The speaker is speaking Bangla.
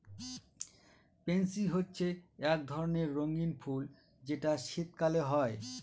পেনসি হচ্ছে এক ধরণের রঙ্গীন ফুল যেটা শীতকালে হয়